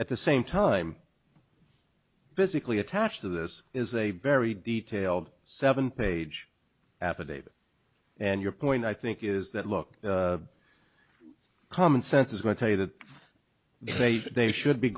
at the same time physically attached to this is a very detailed seven page affidavit and your point i think is that look common sense is going to tell you that they they should be